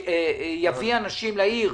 מה שיביא אנשים לעיר.